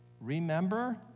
Remember